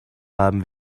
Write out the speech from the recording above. haben